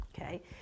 okay